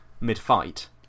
mid-fight